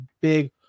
big